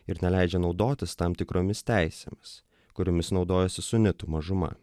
ir neleidžia naudotis tam tikromis teisėmis kuriomis naudojasi sunitų mažuma